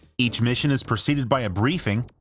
each mission is preceded by a briefing,